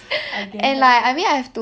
I guess